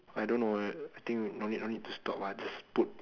I don't know uh I think no need no need to stop ah just put